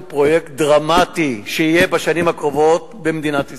פרויקט דרמטי שיהיה בשנים הקרובות במדינת ישראל,